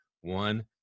One